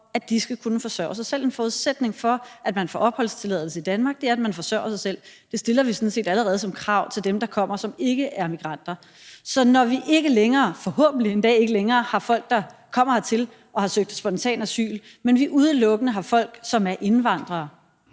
at de skal kunne forsørge sig selv, altså at det er en forudsætning for at få opholdstilladelse i Danmark, at man forsørger sig selv. Det stiller vi sådan set allerede som krav til dem, der kommer og ikke er migranter. Så når vi forhåbentlig en dag ikke længere har folk, der er kommet hertil og har søgt spontan asyl, men udelukkende har folk, som er indvandrere,